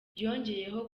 yongeyeho